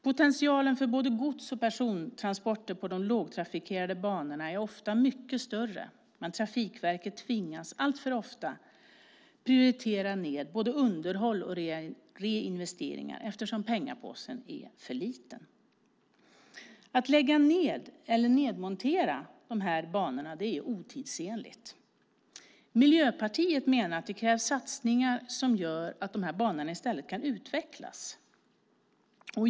Potentialen för både gods och persontransporter på de lågtrafikerade banorna är ofta mycket större, men Trafikverket tvingas alltför ofta prioritera ned både underhåll och reinvesteringar, eftersom pengapåsen är för liten. Att lägga ned eller nedmontera banorna är otidsenligt. Miljöpartiet menar att det krävs satsningar som gör att de här banorna i stället kan utvecklas.